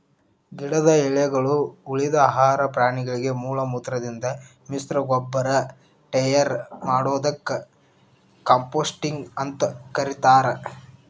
ಗಿಡದ ಎಲಿಗಳು, ಉಳಿದ ಆಹಾರ ಪ್ರಾಣಿಗಳ ಮಲಮೂತ್ರದಿಂದ ಮಿಶ್ರಗೊಬ್ಬರ ಟಯರ್ ಮಾಡೋದಕ್ಕ ಕಾಂಪೋಸ್ಟಿಂಗ್ ಅಂತ ಕರೇತಾರ